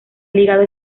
ligado